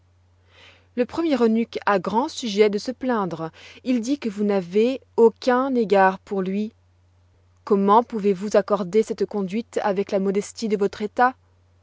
le premier eunuque a grand sujet de se plaindre il dit que vous n'avez aucun égard pour lui comment pouvez-vous accorder cette conduite avec la modestie de votre état